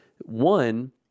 one